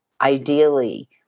ideally